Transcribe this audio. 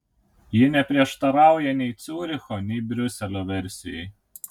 ji neprieštarauja nei ciuricho nei briuselio versijai